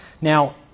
Now